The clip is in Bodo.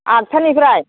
आठथानिफ्राय